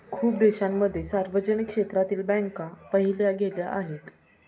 खूप देशांमध्ये सार्वजनिक क्षेत्रातील बँका पाहिल्या गेल्या आहेत